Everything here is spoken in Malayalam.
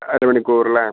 അര മണിക്കൂറല്ലേ